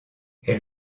elle